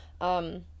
Um-